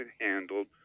handled